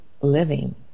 living